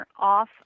off